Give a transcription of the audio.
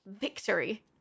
Victory